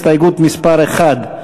הסתייגות מס' 1,